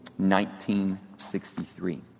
1963